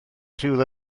rhywle